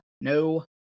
no